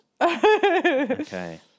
Okay